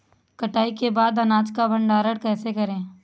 कटाई के बाद अनाज का भंडारण कैसे करें?